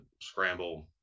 scramble